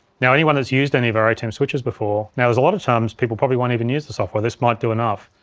now, anyone that's used any of our atem switchers before, now there's a lot of times people probably won't even use the software, this might do enough,